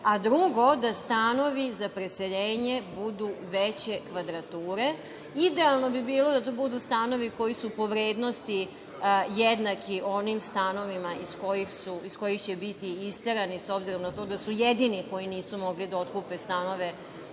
a, drugo, da stanovi za preseljenje budu veće kvadrature. Idealno bi bilo da to budu stanovi koji su po vrednosti jednaki onim stanovima iz kojih će biti isterani, s obzirom na to da su jedin koji nisu mogli da otkupe stanove